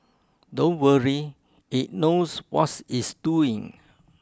don't worry it knows what's it's doing